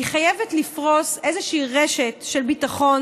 היא חייבת לפרוס איזושהי רשת של ביטחון